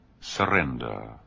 Surrender